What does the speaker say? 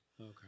Okay